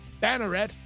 Banneret